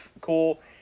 cool